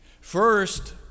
First